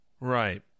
Right